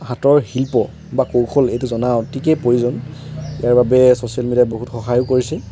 হাতৰ শিল্প বা কৌশল এইটো জনা অতিকৈ প্ৰয়োজন ইয়াৰ বাবে ছ'চিয়েল মিডিয়াই বহুত সহায়ো কৰিছে